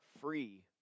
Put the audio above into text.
free